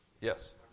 Yes